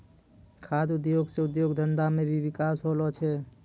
खाद्य उद्योग से उद्योग धंधा मे भी बिकास होलो छै